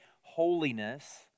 holiness